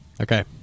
Okay